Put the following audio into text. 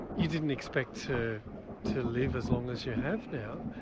you didn't expect to to live as long as you have now,